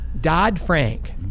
Dodd-Frank